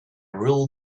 rule